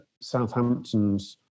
Southampton's